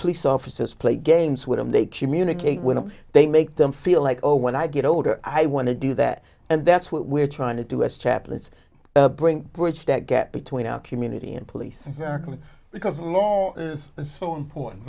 police officers play games with them they communicate with them they make them feel like oh when i get older i want to do that and that's what we're trying to do as chaplets bring bridge that gap between our community and police exactly because the law is so important